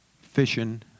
fishing